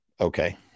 Okay